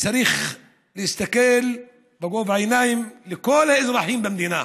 צריך להסתכל בגובה העיניים לכל האזרחים במדינה,